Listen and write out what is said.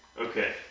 Okay